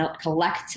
collect